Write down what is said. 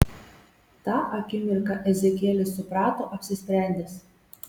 tą akimirką ezekielis suprato apsisprendęs